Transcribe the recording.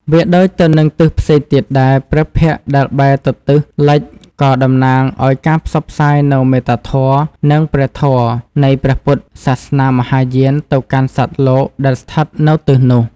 វាដូចទៅនឹងទិសផ្សេងទៀតដែរ ព្រះភ័ក្ត្រដែលបែរទៅទិសលិចក៏តំណាងឱ្យការផ្សព្វផ្សាយនូវ មេត្តាធម៌និងព្រះធម៌ នៃព្រះពុទ្ធសាសនាមហាយានទៅកាន់សត្វលោកដែលស្ថិតនៅទិសនោះ។